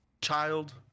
child